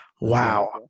Wow